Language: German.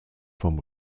vom